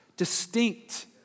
distinct